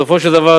בסופו של דבר,